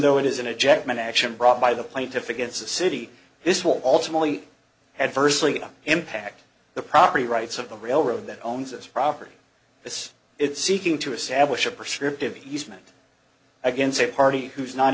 though it isn't a jetman action brought by the plaintiff against the city this will ultimately adversely impact the property rights of the railroad that owns this property is it seeking to establish a prescriptive easement against a party who is not